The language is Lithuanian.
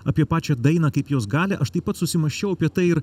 apie pačią dainą kaip jos galią aš taip pat susimąsčiau apie tai ir